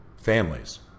families